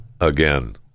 again